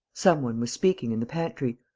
some one was speaking in the pantry.